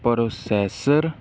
processor